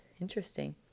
Interesting